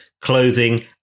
clothing